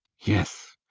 yes.